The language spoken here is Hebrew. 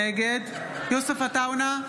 נגד יוסף עטאונה,